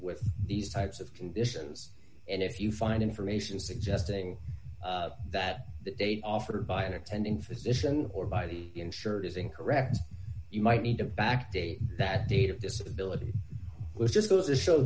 with these types of conditions and if you find information suggesting that the date offered by an attending physician or by the insurer is incorrect you might need to back date that date of disability which just goes to show